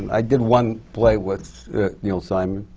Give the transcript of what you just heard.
i did one play with neil simon,